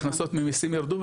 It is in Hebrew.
ההכנסות ממיסים ירדו,